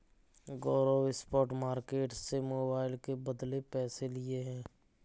गौरव spot market से mobile के बदले पैसे लिए हैं